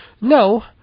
no